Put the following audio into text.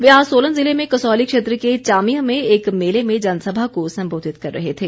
वे आज सोलन ज़िले में कसौली क्षेत्र के चामियां में एक मेले में जनसभा को संबोधित कर रहे थे